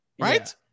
right